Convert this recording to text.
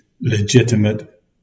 legitimate